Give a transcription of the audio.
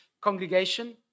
congregation